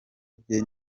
bye